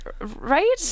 right